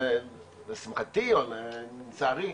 לשמחתי, או לצערי,